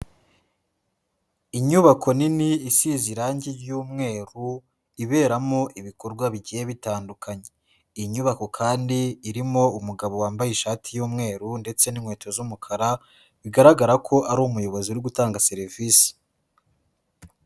Inyubako nini isize irangi ry'umweru, iberamo ibikorwa bigiye bitandukanye, iyi nyubako kandi irimo umugabo wambaye ishati y'umweru ndetse n'inkweto z'umukara, bigaragara ko ari umuyobozi uri gutanga serivisi.